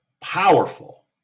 powerful